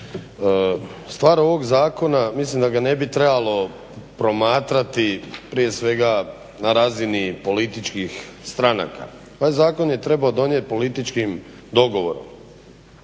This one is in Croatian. stvar ovog zakona mislim da ga ne bi trebalo promatrati prije svega na razini političkih stranaka. Taj zakon je trebao biti donijet političkim dogovorom